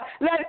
Let